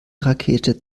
rakete